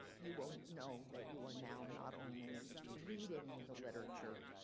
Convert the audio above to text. you will know that you are now not only reading the literature,